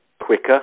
quicker